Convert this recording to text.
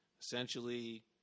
Essentially